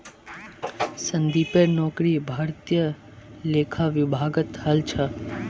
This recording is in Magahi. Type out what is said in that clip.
संदीपेर नौकरी भारतीय लेखा विभागत हल छ